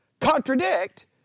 contradict